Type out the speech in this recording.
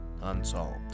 Unsolved